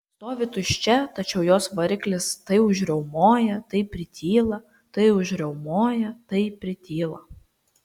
stovi tuščia tačiau jos variklis tai užriaumoja tai prityla tai užriaumoja tai prityla